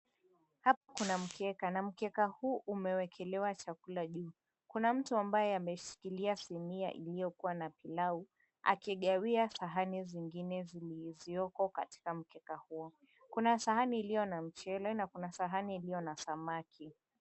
Hapa kuna mkeka na mkeka huu umewekelewa chakula juu. Kuna mtu ambaye ameshikilia sinia iliyokuwa na pilau akigawia sahani zingine zilizoko katika mkeka huo kuna sahani iliyo na mchele na. Kuna sahani iliyo na samaki.